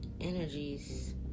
energies